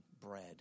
bread